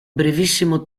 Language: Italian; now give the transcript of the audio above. brevissimo